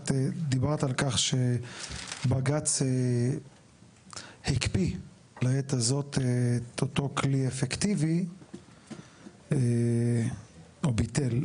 את דיברת על כך שבג"ץ הקפיא לעת הזאת את אותו כלי אפקטיבי או ביטל.